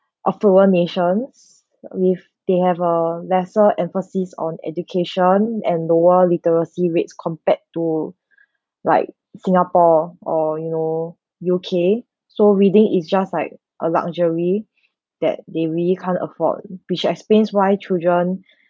a third world nation with they have a lesser emphasis on education and lower literacy rates compared to like singapore or you know U_K so reading is just like a luxury that they really can't afford which explains why children